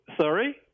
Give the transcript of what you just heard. Sorry